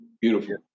Beautiful